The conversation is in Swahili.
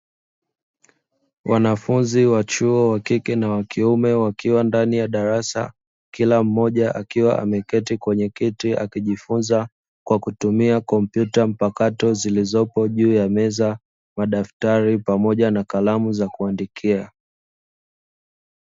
Wanafunzi wa chuo wakike na wakiume wakiwa ndani ya darasa ,kila mmoja akiwa ameketi kwenye kiti akijifunza kwa kutumia kompyuta mpakato zilizopo juu ya meza , madaftari pamoja na kalamu za kuandikia.